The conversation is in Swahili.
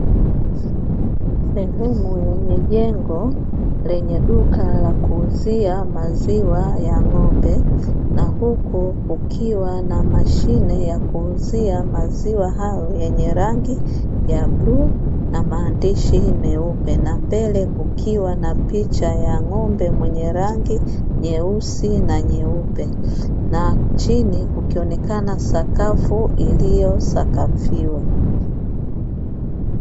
Sehemu yenye jengo lenye duka la kuuzia maziwa ya ng'ombe na huku kukiwa na mashine ya kuuzia maziwa hayo, yenye rangi ya bluu na maandishi meupe na mbele kukiwa na picha ya ng'ombe mwenye rangi nyeusi na nyeupe, na chini kukionekana sakafu iliyo sakafiwa.